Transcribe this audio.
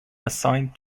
assigned